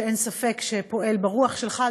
שאין ספק שפועל ברוח שלך,